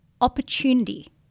opportunity